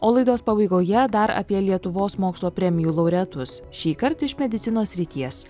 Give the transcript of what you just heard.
o laidos pabaigoje dar apie lietuvos mokslo premijų laureatus šįkart iš medicinos srities